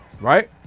right